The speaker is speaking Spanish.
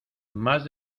más